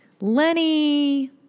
Lenny